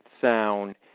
sound